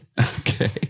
Okay